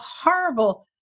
horrible